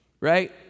Right